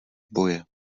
boje